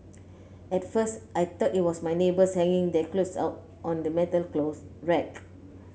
at first I thought it was my neighbours hanging their clothes out on the metal clothes rack